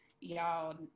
y'all